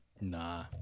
Nah